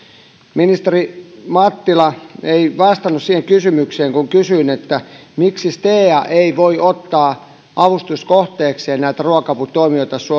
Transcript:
ministeri mattila ei vastannut siihen kysymykseen kun kysyin miksi stea ei voi ottaa avustuskohteekseen näitä ruoka aputoimijoita